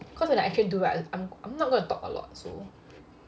cause when I actually do right I'm not going to talk a lot so